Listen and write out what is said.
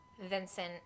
Vincent